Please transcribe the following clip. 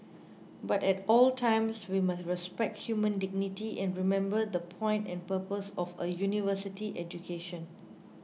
but at all times we must respect human dignity and remember the point and purpose of a University education